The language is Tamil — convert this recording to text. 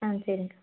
ஆ சரிங்க்கா